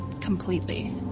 completely